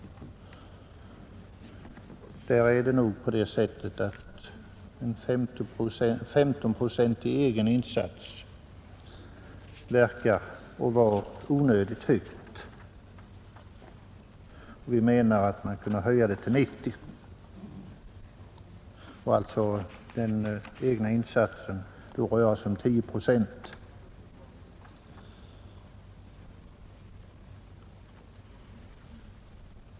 Det är nog så att en 15-procentig egen insats verkar vara onödigt hög. Vi menar därför att lånegränsen skulle höjas till 90 procent och den egna insatsen alltså röra sig om 10 procent.